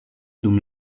dum